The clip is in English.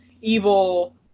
evil